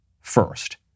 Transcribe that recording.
first